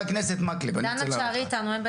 דנה, תישארי איתנו.